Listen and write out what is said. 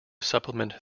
supplement